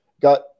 got